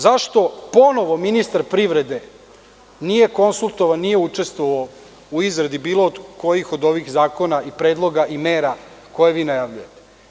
Zašto ponovo ministar privrede nije konsultovan, nije učestvovao u izradi bilo kojih od ovih zakona i predloga i mera koje vi najavljujete?